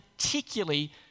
particularly